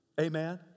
amen